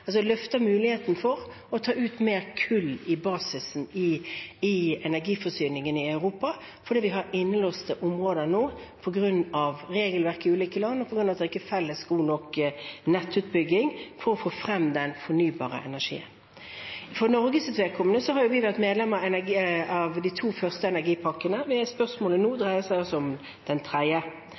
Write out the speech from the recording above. løfter muligheten for å ta ut mer kull av basisen i energiforsyningen i Europa, for vi har innelåste områder nå på grunn av regelverk i ulike land og på grunn av at det ikke er god nok felles nettutbygging for å få frem den fornybare energien. For Norges vedkommende har vi vært medlem av de to første energipakkene. Spørsmålet nå dreier seg altså om den tredje.